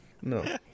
No